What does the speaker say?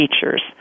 features